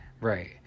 Right